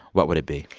what would it be?